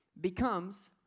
becomes